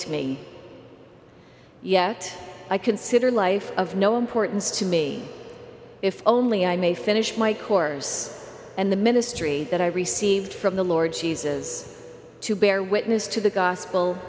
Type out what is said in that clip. await me yet i consider life of no importance to me if only i may finish my course and the ministry that i received from the lord jesus to bear witness to the gospel